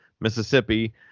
Mississippi